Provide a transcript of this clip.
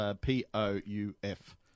P-O-U-F